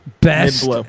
Best